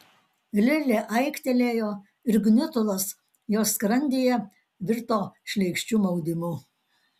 lilė aiktelėjo ir gniutulas jos skrandyje virto šleikščiu maudimu